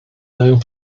known